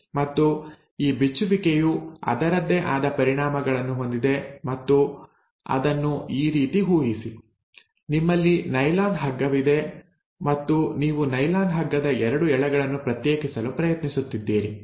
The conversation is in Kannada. ಮತ್ತು ಈ ಬಿಚ್ಚುವಿಕೆಯು ಅದರದ್ದೇ ಆದ ಪರಿಣಾಮಗಳನ್ನು ಹೊಂದಿದೆ ಮತ್ತು ಅದನ್ನು ಈ ರೀತಿ ಊಹಿಸಿ ನಿಮ್ಮಲ್ಲಿ ನೈಲಾನ್ ಹಗ್ಗವಿದೆ ಮತ್ತು ನೀವು ನೈಲಾನ್ ಹಗ್ಗದ 2 ಎಳೆಗಳನ್ನು ಪ್ರತ್ಯೇಕಿಸಲು ಪ್ರಯತ್ನಿಸುತ್ತಿದ್ದೀರಿ